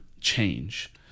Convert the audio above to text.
change